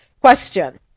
Question